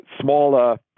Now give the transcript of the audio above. smaller